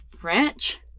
French